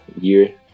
year